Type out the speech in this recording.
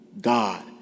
God